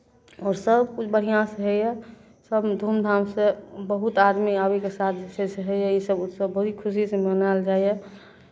आओर सभकिछु बढ़िआँसँ होइए सभमे धूमधामसँ बहुत आदमी आबयके साथ जे छै से होइए इसभ उत्सव बड़ी खुशीसँ मनायल जाइए